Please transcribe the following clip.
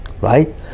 Right